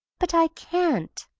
but i can't,